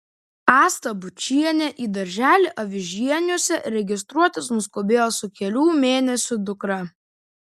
asta bučienė į darželį avižieniuose registruotis nuskubėjo su kelių mėnesių dukra